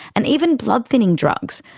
and even blood thinning drugs.